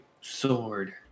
Sword